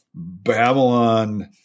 Babylon